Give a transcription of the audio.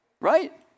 right